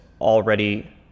already